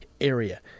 area